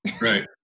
right